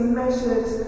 measured